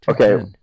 Okay